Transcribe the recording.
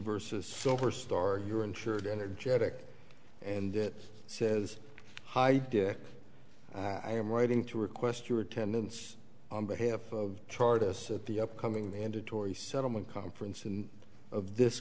versus silver star you're insured energetic and it says hi dick i am writing to request your attendance on behalf of chartists at the upcoming mandatory settlement conference in of this